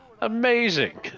Amazing